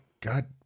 God